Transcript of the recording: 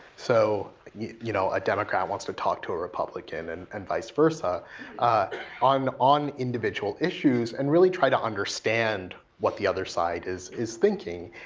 so, you know a democrat wants to talk to a republican and and vice versa on on individual issues, and really try to understand what the other side is is thinking.